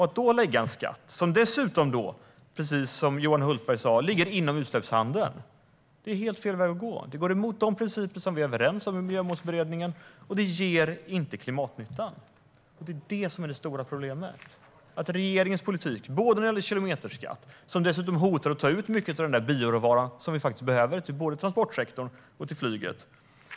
Att då införa en skatt som, precis som Johan Hultberg sa, dessutom ligger inom utsläppshandeln är helt fel att gå. Det går emot de principer som vi är överens om i Miljömålsberedningen, och det ger inte klimatnytta. Detta är det stora problemet. Regeringens politik när det gäller kilometerskatt hotar dessutom att ta ut mycket av den bioråvara som vi behöver till både transportsektorn och flyget.